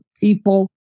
people